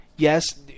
Yes